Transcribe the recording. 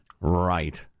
Right